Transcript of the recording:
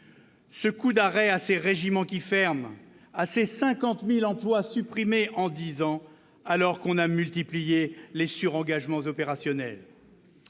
Un coup d'arrêt à ces régiments qui ferment, à ces 50 000 emplois supprimés en dix ans, alors que l'on a multiplié les surengagements opérationnels.